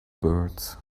birds